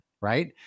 right